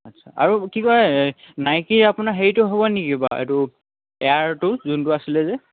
আচ্ছা আৰু কিবা নাইকি আপোনাৰ হেৰিটো হ'ব নেকি বাৰু এইটো এয়াৰটো যোনটো আছিলে যে